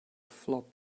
flop